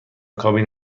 کابین